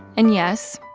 and yes,